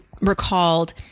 recalled